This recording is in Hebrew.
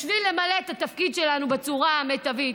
בשביל למלא את התפקיד שלנו בצורה המיטבית,